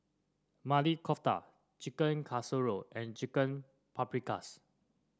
Maili Kofta Chicken Casserole and Chicken Paprikas